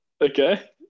Okay